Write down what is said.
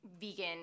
vegan